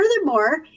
furthermore